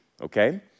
okay